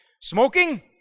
Smoking